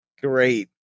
Great